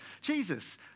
Jesus